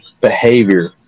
behavior